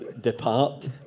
depart